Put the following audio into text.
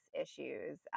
issues